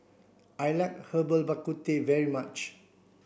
I like Herbal Bak Ku Teh very much